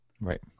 Right